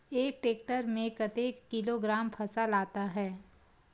एक टेक्टर में कतेक किलोग्राम फसल आता है?